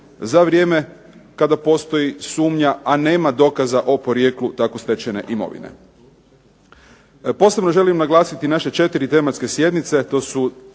za vrijeme kada postoji sumnja, a nema dokaza o porijeklu tako stečene imovine. Posebno želim naglasiti naše 4 tematske sjednice koje su